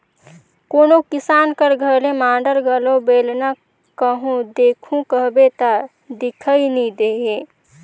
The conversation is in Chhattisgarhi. कोनो किसान कर घरे माढ़ल घलो बेलना कहो देखहू कहबे ता दिखई नी देहे